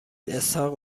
اسحاق